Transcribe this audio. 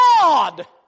God